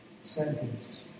sentence